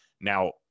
Now